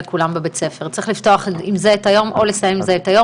ולכן התוכנית צריכה להיות משולבת.